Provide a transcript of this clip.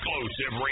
exclusive